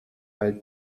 weil